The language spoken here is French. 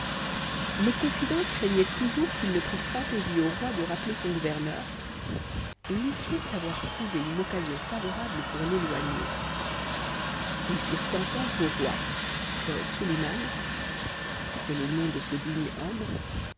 les confidents craignaient toujours qu'il ne prit fantaisie au roi de rappeler son gouverneur et ils crurent avoir trouvé une occasion favorable pour se débarrasser de lui ils firent entendre au roi que suliman c'était le nom de ce digne homme